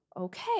Okay